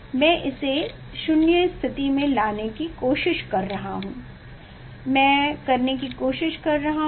मैं इसे 0 स्थिति में लाने की कोशिश कर रहा हूं मैं करने की कोशिश कर रहा हूं